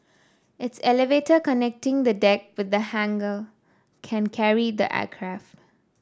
its elevator connecting the deck with the hangar can carry the aircraft